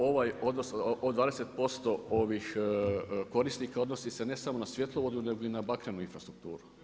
Ovaj odnos od 20% ovih korisnika odnosi se ne samo na svjetlovodu, nego i na bakrenu infrastrukturu.